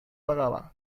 pagaba